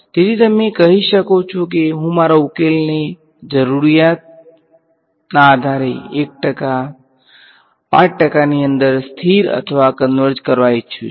તેથી તમે કહી શકો છો કે હું મારા ઉકેલને તમારી જરૂરિયાતના આધારે 1 ટકા 5 ટકાની અંદર સ્થિર અથવા કન્વર્જ કરવા ઈચ્છું છું